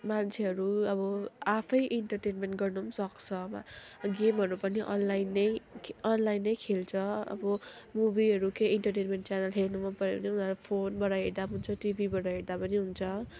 मान्छेहरू अब आफै इन्टरटेनमेन्ट गर्नु पनि सक्छ गेमहरू पनि अनलाइन नै अनलाइनै खेल्छ अब मुभिहरू केहि इन्टरटेनमेन्ट च्यानल हेर्नु पऱ्यो भने उनीहरू फोनबाट हेर्दा पनि हुन्छ टिभीबाट हेर्दा पनि हुन्छ